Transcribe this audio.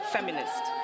Feminist